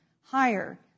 higher